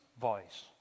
voice